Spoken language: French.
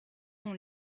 son